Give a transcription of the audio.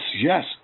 yes